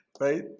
right